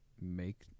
make